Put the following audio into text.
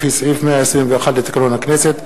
לפי סעיף 121 לתקנון הכנסת,